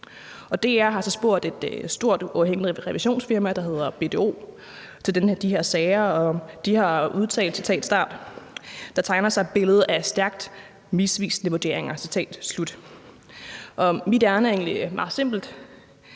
DR har så spurgt et stort uafhængigt revisionsfirma, der hedder BDO, om de her sager, og de har udtalt – citat start – at der tegner sig et billede af stærkt misvisende vurderinger. Citat slut. Mit ærinde er egentlig meget simpelt.